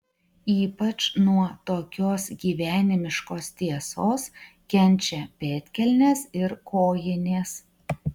ypač nuo tokios gyvenimiškos tiesos kenčia pėdkelnės ir kojinės